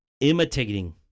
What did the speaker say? imitating